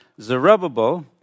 Zerubbabel